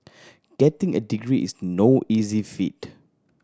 getting a degree is no easy feat